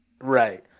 Right